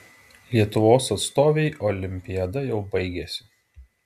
lietuvos atstovei olimpiada jau baigėsi